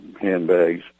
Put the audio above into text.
handbags